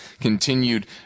continued